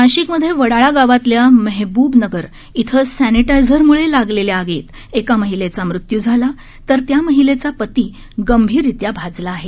नाशिकमधे वडाळा गावातल्या महेबूबनगर इथं सॅनिटायझरम्ळे लागलेल्या आगीत एका महिलेचा मृत्यू झाला तर त्या महिलेचा पती गंभीररित्या भाजला आहे